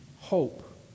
hope